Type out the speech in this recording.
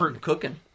cooking